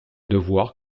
devoirs